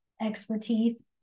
expertise